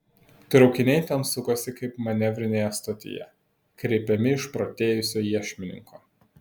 traukiniai ten sukosi kaip manevrinėje stotyje kreipiami išprotėjusio iešmininko